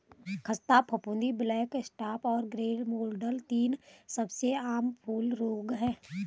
ख़स्ता फफूंदी, black spot और ग्रे मोल्ड तीन सबसे आम फूल रोग हैं